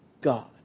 God